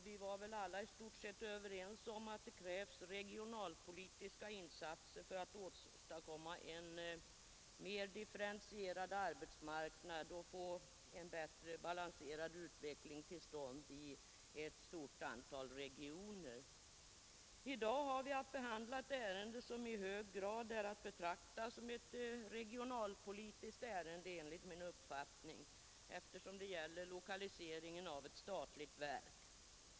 Vi var väl alla i stort sett överens om att det krävs regionalpolitiska insatser för att åstadkomma en mer differentierad arbetsmarknad och få en bättre balanserad utveckling till stånd i ett stort antal regioner. I dag har vi att behandla ett ärende som enligt min uppfattning i hög grad också är att betrakta som ett regionalpolitiskt ärende, eftersom det gäller lokaliseringen av ett statligt verk.